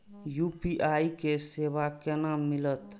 UPI के सेवा केना मिलत?